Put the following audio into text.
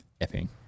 Epping